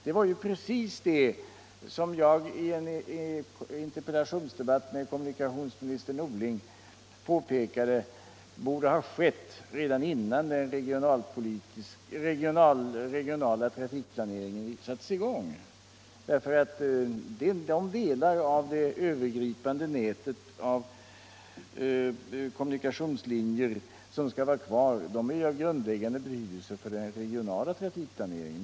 Det var precis det som jag i en interpellationsdebatt med kommunikationsminister Norling för något år sedan påpekade borde ha gjorts redan innan den regionala trafikplaneringen sattes i gång. De delar av det övergripande nätet av kommunikationslinjer som skall vara kvar är nämligen av grundläggande betydelse för den regionala trafikplaneringen.